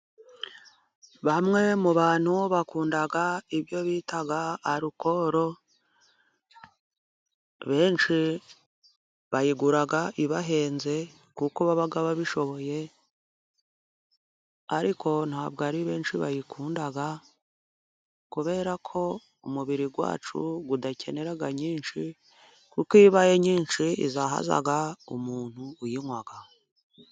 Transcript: Bamwe mu bantu bakunda ibyo bita alukoro ,benshi bayigura ibahenze kuko baba babishoboye, ariko ntabwo ari benshi bayikunda ,kubera ko umubiri wacu udakenera nyinshi, kuko iyo ibaye nyinshi izahaza umuntu uyinywa.